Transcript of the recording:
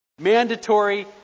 mandatory